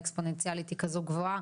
האקספוננציאלית היא כזו גבוהה,